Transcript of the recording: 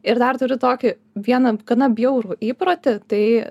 ir dar turiu tokį vieną gana bjaurų įprotį tai